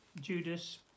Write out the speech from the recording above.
Judas